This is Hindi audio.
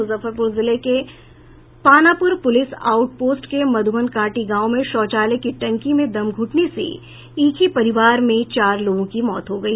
मुजफ्फरपुर जिले के पानापूर पूलिस आउटपोस्ट के मधूबन कांटी गांव में शौचालय की टंकी में दम घूटने से एक ही परिवार मे चार लोगों की मौत हो गयी